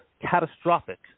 catastrophic